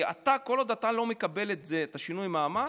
כי כל עוד אתה לא מקבל את זה, את שינוי המעמד,